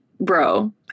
bro